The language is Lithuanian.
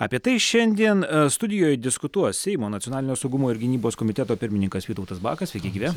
apie tai šiandien studijoje diskutuos seimo nacionalinio saugumo ir gynybos komiteto pirmininkas vytautas bakas sveiki gyvi